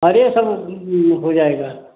अरे सर हो जाएगा